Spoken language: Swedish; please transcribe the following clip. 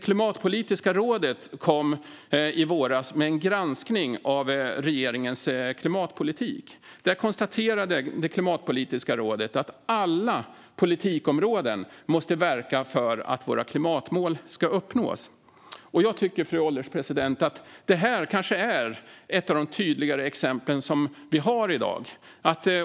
Klimatpolitiska rådet lade i våras fram en granskning av regeringens klimatpolitik. Där konstaterades att man på alla politikområden måste verka för att våra klimatmål ska uppnås. Jag tycker, fru ålderspresident, att detta är ett av de kanske tydligare exempel vi har i dag.